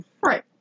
Right